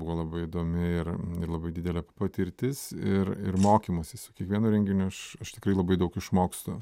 buvo labai įdomi ir labai didelė patirtis ir ir mokymasis su kiekvienu renginiu aš aš tikrai labai daug išmokstu